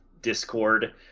discord